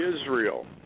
Israel